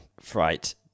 fright